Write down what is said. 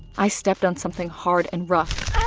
i stepped on something hard and rough.